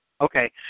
Okay